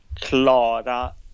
Clara